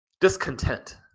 discontent